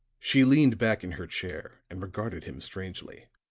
she leaned back in her chair and regarded him strangely,